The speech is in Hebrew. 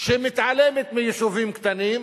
שמתעלמת מיישובים קטנים,